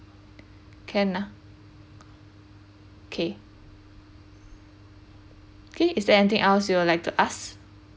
can lah okay okay is there anything else you'd like to ask